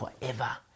forever